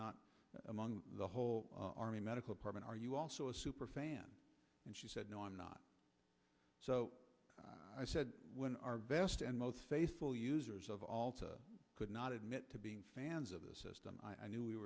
not among the whole army medical part are you also a super fan and she said no i'm not so i said when our best and most faithful users of all to could not admit to being fans of the system i knew